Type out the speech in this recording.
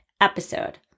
episode